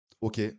Ok